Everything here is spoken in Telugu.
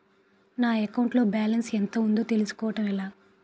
నా అకౌంట్ లో బాలన్స్ ఎంత ఉందో తెలుసుకోవటం ఎలా?